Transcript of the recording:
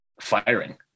firing